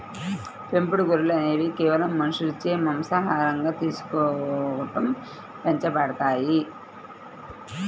పెంపుడు గొర్రెలు అనేవి కేవలం మనుషులచే మాంసాహారంగా తీసుకోవడం పెంచబడతాయి